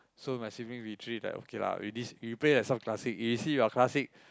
so my siblings we three like okay lah we this we play the classic we see like got classic